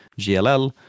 GLL